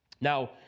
Now